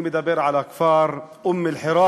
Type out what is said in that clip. אני מדבר על הכפר אום-אלחיראן,